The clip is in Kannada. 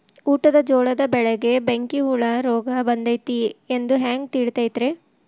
ಊಟದ ಜೋಳದ ಬೆಳೆಗೆ ಬೆಂಕಿ ಹುಳ ರೋಗ ಬಂದೈತಿ ಎಂದು ಹ್ಯಾಂಗ ತಿಳಿತೈತರೇ?